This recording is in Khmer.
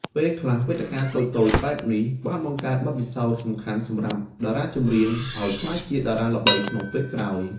ពេលខ្លះ វេទិកាតូចៗបែបនេះបានបង្កើតបទពិសោធន៍សំខាន់សម្រាប់តារាចម្រៀងឲ្យក្លាយជាតារាល្បីក្នុងពេលក្រោយ។